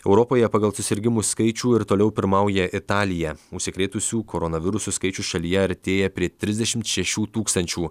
europoje pagal susirgimų skaičių ir toliau pirmauja italija užsikrėtusių koronavirusu skaičius šalyje artėja prie trisdešimt šešių tūkstančių